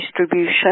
distribution